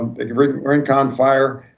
the rincon rincon fire.